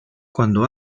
cuando